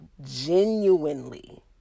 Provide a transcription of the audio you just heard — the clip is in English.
genuinely